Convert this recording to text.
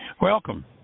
Welcome